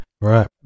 right